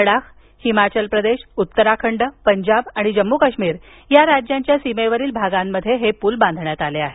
लडाख हिमाचल प्रदेश उत्तराखंड पंजाब आणि जम्मू काश्मीर या राज्यांच्या सीमेवरील भागांमध्ये हे पूल बांधण्यात आले आहेत